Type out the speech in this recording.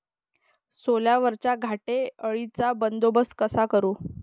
सोल्यावरच्या घाटे अळीचा बंदोबस्त कसा करू?